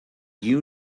you